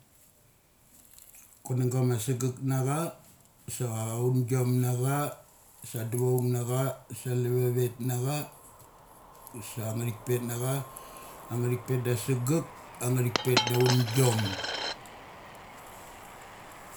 Kunangga ma sagek na cha sa aungiom na cha, sa duchoung na cha, sa alavavet nacha, sa angnga thik pet nacha, angnga thik pet da asagekgek, angngathik petada aungiom.